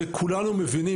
וכולנו מבינים,